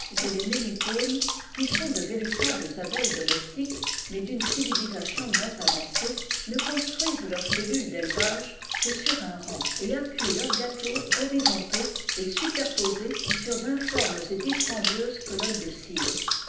les mélipones qui sont de véritables abeilles domestiques mais d'une civilisation moins avancée ne construisent leurs cellules d'élevage que sur un rang et appuyent leurs gâteaux horizontaux iperposés sur d'informes et dispendieuses nnes de cire